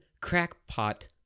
crackpot